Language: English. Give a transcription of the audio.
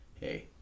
hey